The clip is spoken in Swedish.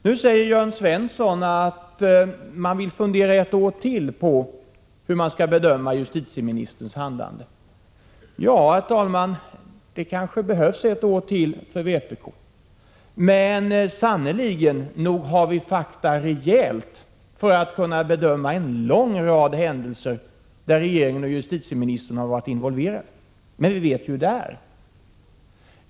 Nu säger Jörn Svensson att man vill fundera ett år till på hur man skall bedöma justitieministerns handlande. Ja, herr talman, det kanske behövs ett år till för vpk. Men sannerligen, nog har vi fakta rejält för att kunna bedöma en lång rad händelser där regeringen och justitieministern har varit involverade. Men vi vet ju hur det är.